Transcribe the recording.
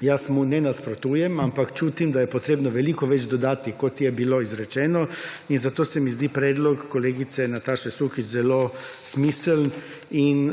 jaz mu ne nasprotujem, ampak čutim, da je potrebno veliko več dodati kot je bilo izrečeno. In zato se mi zdi predlog kolegice Nataše Sukič zelo smiseln in